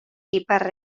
ipar